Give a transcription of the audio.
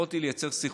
יכולתי לייצר סנכרון.